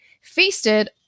feasted